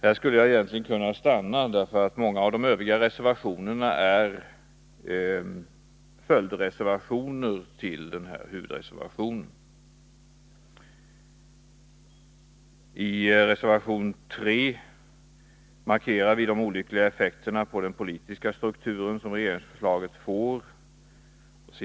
Här skulle jag egentligen kunna stanna — många av de övriga reservationerna är följdreservationer till denna huvudreservation. I reservation 3 — den återfinns på s. 23 i betänkandet — markerar vi de olyckliga effekter på den politiska strukturen som regeringsförslaget får.